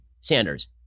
Sanders